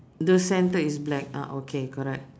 the centre is black ah okay correct